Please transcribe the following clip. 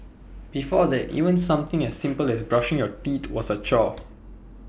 before that even something as simple as brushing your teeth was A chore